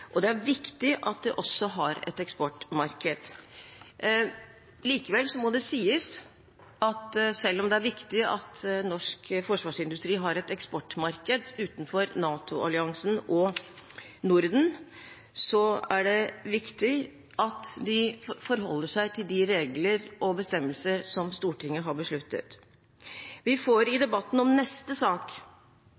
Det er viktig at vi også har et eksportmarked. Likevel må det sies at selv om det er viktig at norsk forsvarsindustri har et eksportmarked utenfor NATO-alliansen og Norden, er det viktig at den forholder seg til de regler og bestemmelser som Stortinget har besluttet. Vi får i